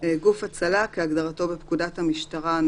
"גוף הצלה" כהגדרתו בפקודת המשטרה ,